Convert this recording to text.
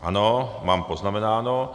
Ano, mám poznamenáno.